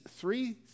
three